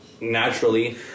naturally